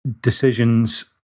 decisions